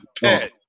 pet